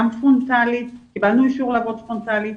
גם פרונטלית,